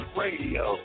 radio